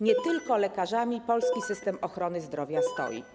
Nie tylko lekarzami polski system ochrony zdrowia stoi.